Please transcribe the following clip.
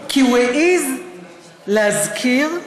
הוא לא חובש כיפה,